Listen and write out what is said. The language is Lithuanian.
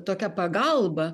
tokia pagalba